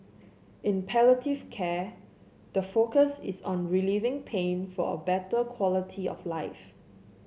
in palliative care the focus is on relieving pain for a better quality of life